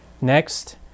Next